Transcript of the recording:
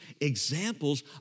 examples